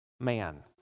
man